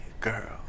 girl